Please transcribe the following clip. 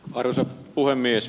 arvoisa puhemies